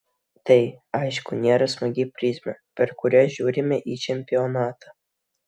tai aišku nėra smagi prizmė per kurią žiūrime į čempionatą